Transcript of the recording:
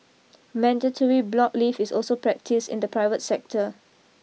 mandatory block leave is also practised in the private sector